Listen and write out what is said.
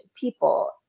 people